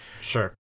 sure